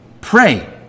pray